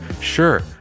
Sure